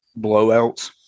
blowouts